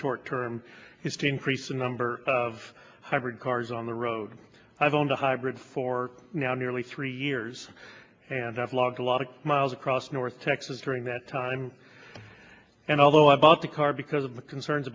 short term is to increase the number of hybrid cars on the road i've owned a hybrid for now nearly three years and i've logged a lot of miles across north texas during that time and although i bought the car because of the concerns